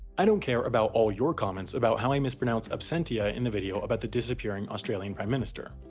i don't care about all your comments about how i mispronounced, absentia, in the video about the disappearing australian prime minister.